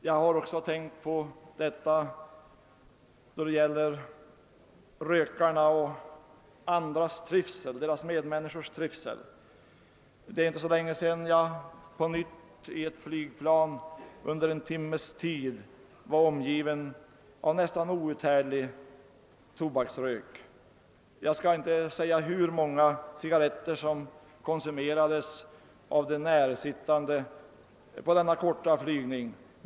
Jag har också tänkt på rökarnas inställning till medmänniskornas trivsel. Det är inte så länge sedan jag i ett flygplan under en timmes tid var omgiven av nästan outhärdlig tobaksrök. Jag kan inte säga hur många cigarretter som konsumerades av medpassagerarna under denna korta flygning.